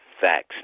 Facts